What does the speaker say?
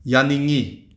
ꯌꯥꯅꯤꯡꯏ